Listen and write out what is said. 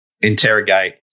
interrogate